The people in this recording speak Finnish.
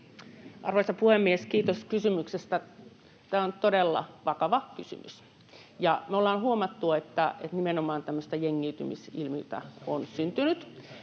Arvoisa puhemies! Kiitos kysymyksestä. Tämä on todella vakava kysymys. Me ollaan huomattu, että nimenomaan tämmöistä jengiytymisilmiötä on syntynyt,